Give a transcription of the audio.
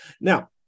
Now